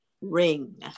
ring